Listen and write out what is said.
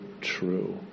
true